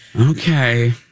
Okay